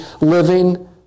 living